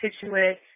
Situate